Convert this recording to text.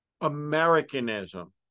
Americanism